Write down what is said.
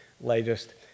latest